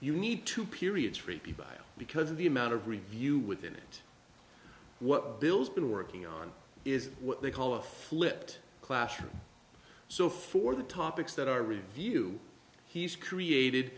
you need two periods for people because of the amount of review within it what bill's been working on is what they call a flipped classroom so for the topics that are review he's created